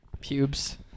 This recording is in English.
pubes